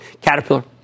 Caterpillar